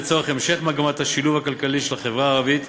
לצורך המשך מגמת השילוב הכלכלי של החברה הערבית,